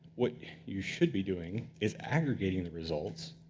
what you should be doing is aggregating the results,